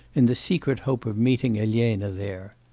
in the secret hope of meeting elena there.